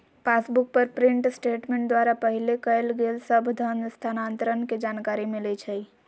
passbook पर print statement द्वारा पहिले कएल गेल सभ धन स्थानान्तरण के जानकारी मिलइ छइ